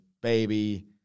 baby